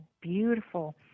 beautiful